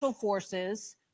forces